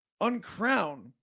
uncrown